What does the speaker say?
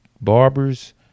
barbers